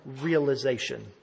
realization